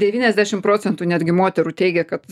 devyniasdešim procentų netgi moterų teigia kad